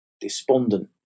despondent